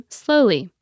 slowly